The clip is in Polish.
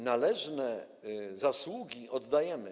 Należne zasługi oddajemy.